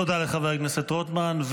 תודה לחבר הכנסת רוטמן.